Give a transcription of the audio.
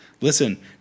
Listen